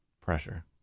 Pressure